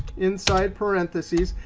inside parentheses.